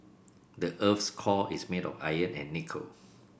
the earth's core is made of iron and nickel